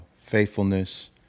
faithfulness